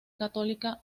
católica